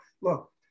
look